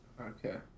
Okay